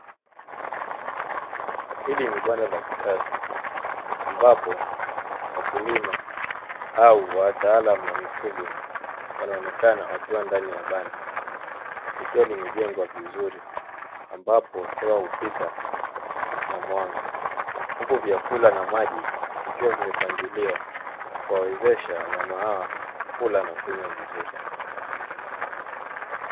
Hili ni banda la kisasa ambapo wakulima au wataalamu wa mifugo wanaonekana wakiwa ndani ya banda, likiwa limejengwa vizuri ambapo hewa hupita na mwanga, huku vyakula na maji vikiwa vimepangiliwa wawezesha wanyama hawa kula na kunywa vizuri.